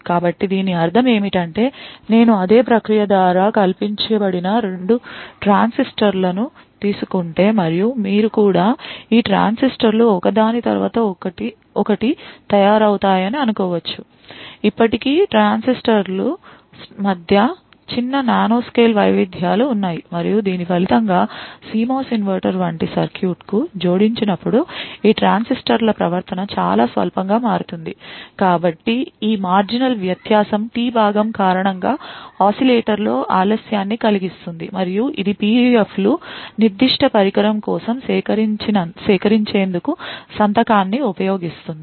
కాబట్టి దీని అర్థం ఏమిటంటే నేను అదే ప్రక్రియ ద్వారా కల్పించబడిన 2 ట్రాన్సిస్టర్లను తీసుకుంటే మరియు మీరు కూడా ఈ ట్రాన్సిస్టర్ లు ఒక దాని తరువాత ఒకటి తయారవుతాయని అనుకోవచ్చు ఇప్పటికీ ఈ ట్రాన్సిస్టర్ల మధ్య చిన్న నానోస్కేల్ వైవిధ్యాలు ఉన్నాయి మరియు దీని ఫలితంగా CMOS ఇన్వర్టర్ వంటి సర్క్యూట్కు జోడించినప్పుడు ఈ ట్రాన్సిస్టర్ల ప్రవర్తన చాలా స్వల్పంగా మారుతుంది కాబట్టి ఈ ఉపాంత వ్యత్యాసం T భాగం కారణంగా oscillator లో ఆలస్యాన్ని కలిగిస్తుంది మరియు ఇది PUF లు నిర్దిష్ట పరికరం కోసం సేకరించేందుకు సంతకాన్ని ఉపయోగిస్తుంది